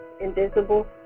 invisible